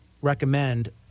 Recommend